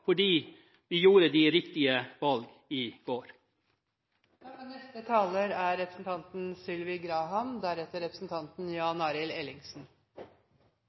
fordi vi gjorde de riktige valg i går.